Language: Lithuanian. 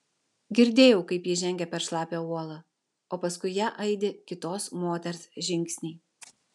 girdėjau kaip ji žengia per šlapią uolą o paskui ją aidi kitos moters žingsniai